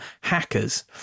hackers